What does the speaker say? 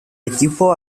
equipo